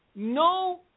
No